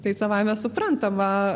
tai savaime suprantama